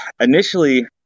initially